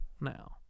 now